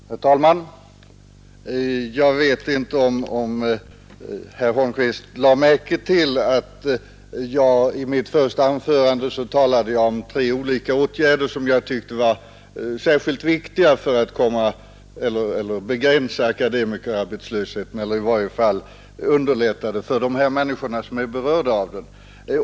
Herr talman! Jag vet inte om herr Holmqvist lade märke till att jag i mitt första anförande talade om tre olika åtgärder som jag tyckte var särskilt viktiga för att begränsa akademikerarbetslösheten eller i varje fall underlätta för de människor som är berörda av den.